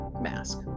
mask